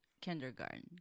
kindergarten